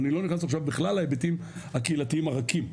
ואני לא נכנס עכשיו בכלל להיבטים הקהילתיים הרכים,